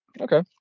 Okay